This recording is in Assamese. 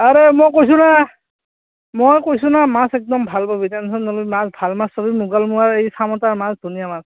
আৰে মই কৈছোঁ না মই কৈছোঁ না মাছ একদম ভাল পাবি টেনশ্যন নলবি মাছ ভাল পাবি মোকালমোৱাৰ এই চামতাৰ মাছ ধুনীয়া মাছ